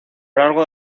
largo